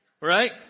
Right